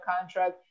contract